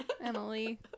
Emily